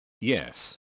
Yes